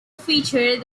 featured